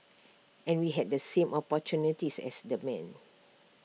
and we had the same opportunities as the men